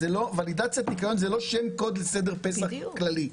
ולידציית ניקיון היא לא שם קוד לסדר פסח כללי.